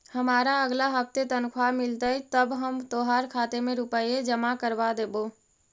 हमारा अगला हफ्ते तनख्वाह मिलतई तब हम तोहार खाते में रुपए जमा करवा देबो